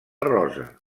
rosa